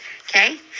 okay